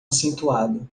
acentuada